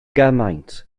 cymaint